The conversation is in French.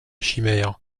chimère